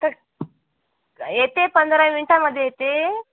तर येते पंधरा मिन्टामध्ये येते